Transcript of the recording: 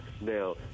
Now